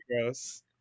gross